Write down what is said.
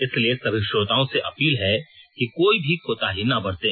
इसलिए सभी श्रोताओं से अपील है कि कोई भी कोताही ना बरतें